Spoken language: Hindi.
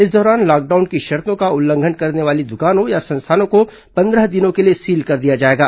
इस दौरान लॉकडाउन की शर्तो का उल्लंघन करने वाले दुकानों या संस्थानों को पंद्रह दिनों के लिए सील कर दिया जाएगा